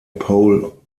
pole